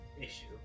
issue